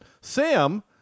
Sam